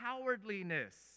cowardliness